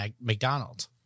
McDonald's